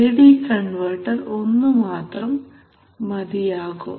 A D converter ഒന്നു മാത്രം മതിയാകും